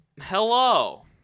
Hello